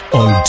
on